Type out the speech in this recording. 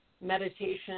meditation